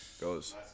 Goes